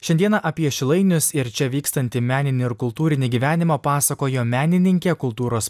šiandieną apie šilainius ir čia vykstantį meninį ir kultūrinį gyvenimą pasakojo menininkė kultūros